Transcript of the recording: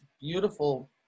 beautiful